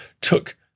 took